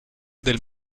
del